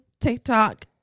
TikTok